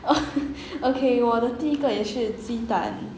okay 我的第一个也是鸡蛋